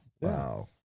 Wow